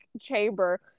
chamber